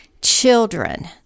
children